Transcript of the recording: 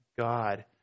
God